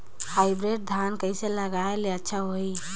Hybrid धान कइसे लगाय ले अच्छा होही?